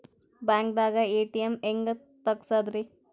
ಬ್ಯಾಂಕ್ದಾಗ ಎ.ಟಿ.ಎಂ ಹೆಂಗ್ ತಗಸದ್ರಿ?